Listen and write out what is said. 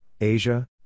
Asia